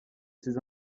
ces